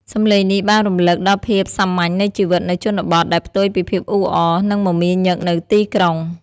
សំឡេងនេះបានរំលឹកដល់ភាពសាមញ្ញនៃជីវិតនៅជនបទ ដែលផ្ទុយពីភាពអ៊ូអរ និងមមាញឹកនៅទីក្រុង។